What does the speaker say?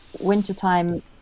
wintertime